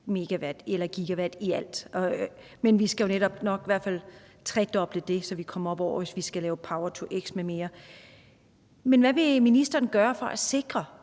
er vi oppe på 4,6 GW i alt, men vi skal jo netop nok i hvert fald tredoble det, så vi kommer højere, hvis vi skal lave power-to-x m.m. Hvad vil ministeren gøre for at sikre,